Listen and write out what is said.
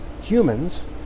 humans